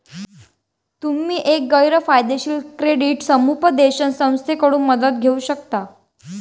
तुम्ही एक गैर फायदेशीर क्रेडिट समुपदेशन संस्थेकडून मदत घेऊ शकता